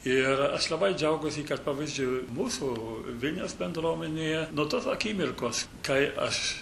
ir aš labai džiaugiuosi kad pavyzdžiui mūsų vilniaus bendruomenėje nuo tos akimirkos kai aš